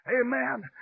Amen